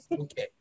Okay